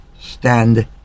Stand